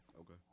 Okay